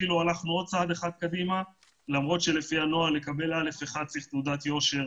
הלכנו עוד צעד אחד קדימה כי למרות שלקבל אשרת א/1 צריך תעודת יושר